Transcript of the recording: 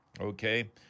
okay